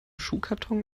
schuhkarton